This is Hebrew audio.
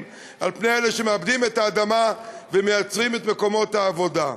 על אלה שמעבדים את האדמה ומייצרים את מקומות העבודה.